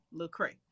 Lecrae